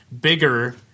bigger